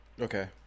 Okay